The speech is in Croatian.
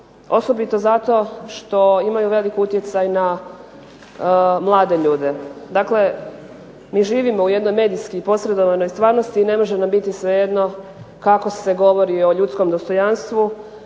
osobito zato što imaju velik utjecaj na mlade ljude. Dakle mi živimo u jednoj medijski posredovanoj stvarnosti i ne može nam biti svejedno kako se govori o ljudskom dostojanstvu,